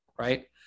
right